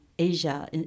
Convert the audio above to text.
Asia